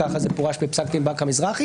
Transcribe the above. ככה זה פורש בפסק דין בנק המזרחי,